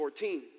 14